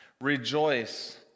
Rejoice